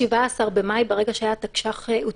דיון ראשון לפי סעיף 15 לחוק